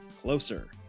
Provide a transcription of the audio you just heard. closer